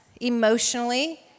emotionally